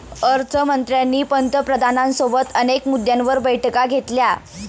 अर्थ मंत्र्यांनी पंतप्रधानांसोबत अनेक मुद्द्यांवर बैठका घेतल्या